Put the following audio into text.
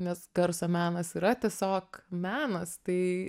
nes garso menas yra tiesiog menas tai